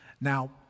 Now